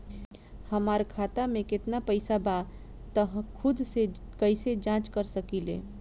हमार खाता में केतना पइसा बा त खुद से कइसे जाँच कर सकी ले?